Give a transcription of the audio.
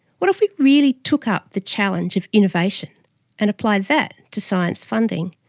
what if we really took up the challenge of innovation and applied that to science funding?